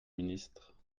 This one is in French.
ministre